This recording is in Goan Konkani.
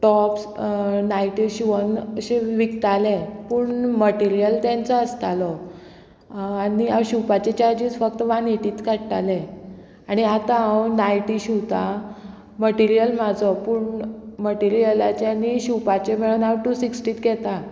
टॉप्स नायटी शिवोन अशें विकताले पूण मटेरियल तेंचो आसतालो आनी हांव शिवपाचे चार्जीस फक्त वन एटीत काडटाले आनी आतां हांव नायटी शिवतां मटेरियल म्हाजो पूण मटेरियलाचे आनी शिवपाचे मेळोन हांव टू सिक्स्टीच घेता